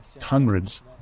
hundreds